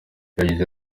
yagize